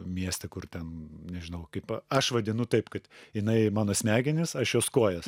mieste kur ten nežinau kaip aš vadinu taip kad jinai mano smegenys aš jos kojos